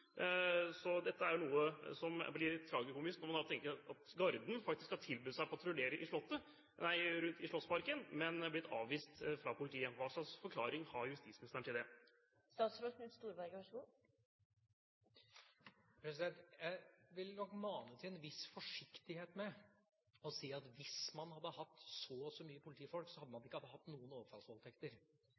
blir litt tragikomisk når man tenker på at Garden faktisk har tilbudt seg å patruljere i Slottsparken, men har blitt avvist av politiet. Hva slags forklaring har justisministeren på det? Jeg vil nok mane til en viss forsiktighet med å si at hvis man hadde hatt så og så mange politifolk, hadde man ikke hatt noen overfallsvoldtekter.